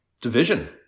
division